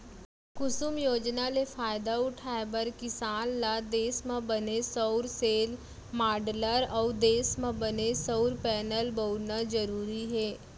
कुसुम योजना ले फायदा उठाए बर किसान ल देस म बने सउर सेल, माँडलर अउ देस म बने सउर पैनल बउरना जरूरी हे